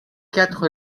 quatre